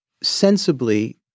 sensibly